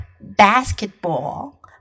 basketball